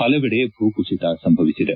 ಹಲವೆಡೆ ಭೂಕುಸಿತ ಸಂಭವಿಸಿದೆ